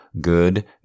Good